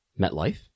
MetLife